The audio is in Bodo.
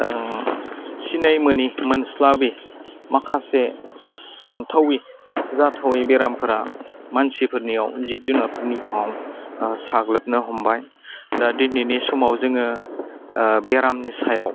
सिनायमोनि मोनस्लाबि माखासे सानथावै जाथावै बेरामफ्रा मानसिफोरनियाव जिब जुनारफोरनियाव साग्लोबनो हमबाय दा दिनैनि समाव जोङो बेरामनि सायाव